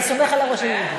אתה סומך על הראש היהודי.